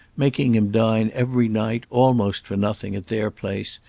making him dine every night, almost for nothing, at their place,